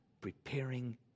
preparing